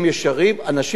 אנשים אמיתיים,